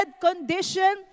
condition